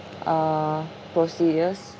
uh procedures